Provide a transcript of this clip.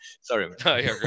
Sorry